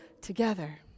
together